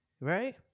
right